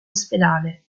ospedale